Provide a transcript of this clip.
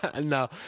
No